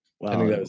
Wow